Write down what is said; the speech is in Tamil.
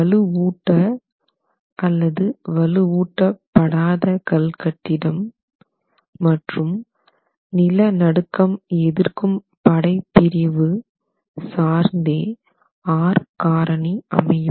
வலுவூட்டம் அல்லது வலுவூட்ட படாத கல் கட்டிடம் மற்றும் நிலநடுக்கம் எதிர்க்கும் படைப்பிரிவு IS 4326 சார்ந்தது சார்ந்தே R காரணி அமையும்